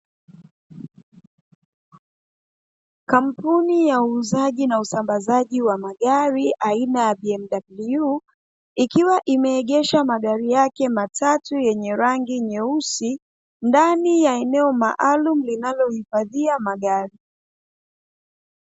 Kampuni ya uuzaji na usambazaji wa magari aina ya "BMW", ikiwa imeegesha magari yake matatu yenye rangi nyeusi, ndani ya eneo maalumu linalohifadhia magari.